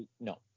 no